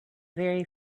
very